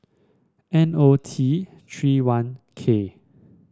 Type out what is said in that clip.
N O T Three one K